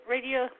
Radio